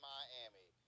Miami